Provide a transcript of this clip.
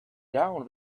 down